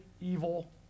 evil